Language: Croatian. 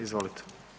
Izvolite.